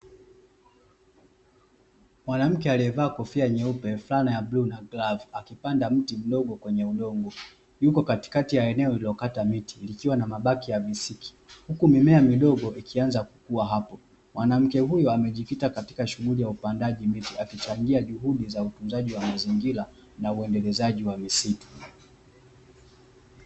Mwanamke aliyevaa kofia nyeupe, flana ya bluu na glovu akipanda mti mdogo katika udongo yupo katikati eneo lililokatwa mti likiwa na mabaki ya visiki huku mimea midogo, ikianza kukua hapo, mwanamke huyu amejikita katika shughuli za upandaji wa miti akichangia juhudi za utunzaji wa mazingira na uendelezaji wa misitu.